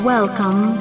Welcome